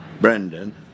Brendan